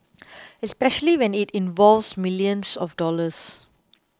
especially when it involves millions of dollars